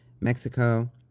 Mexico